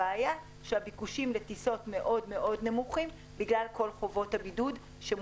הבעיה היא שהביקושים לטיסות מאוד מאוד נמוכים בגלל כל חובות הבידוד.